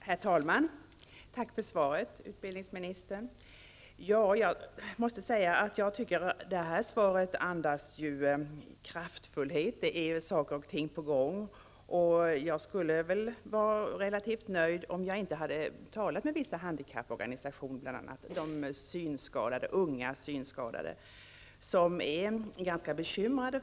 Herr talman! Tack för svaret, utbildningsministern. Jag tycker att svaret andas kraftfullhet. Saker och ting är på gång. Jag skulle vara relativt nöjd om jag inte hade talat med vissa handikapporganisationer, bl.a. de unga synskadade. De är mycket bekymrade.